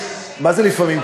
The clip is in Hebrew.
מה זה לפעמים,